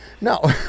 No